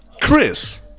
Chris